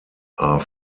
are